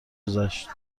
گذشت